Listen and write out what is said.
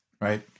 right